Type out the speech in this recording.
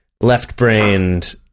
left-brained